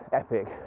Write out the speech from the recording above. epic